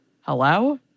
Hello